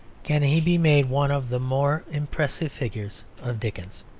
can he be made one of the more impressive figures of dickens.